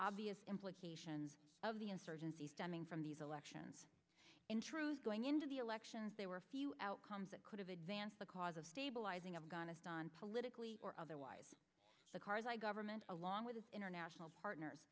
obvious implications of the insurgency stemming from these elections in truth going into the elections there were a few outcomes that could advance the cause of stabilizing afghanistan politically or otherwise the karzai government along with international partners